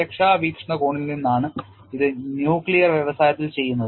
സുരക്ഷാ വീക്ഷണകോണിൽ നിന്നാണ് ഇത് ന്യൂക്ലിയർ വ്യവസായത്തിൽ ചെയ്യുന്നത്